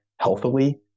healthily